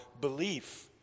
belief